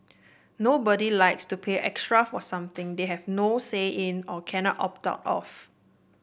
nobody likes to pay extra for something they have no say in or cannot opt out of